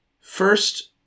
First